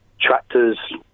Tractors